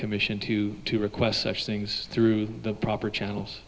commission to request such things through the proper channels